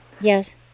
yes